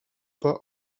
pas